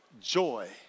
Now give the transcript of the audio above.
Joy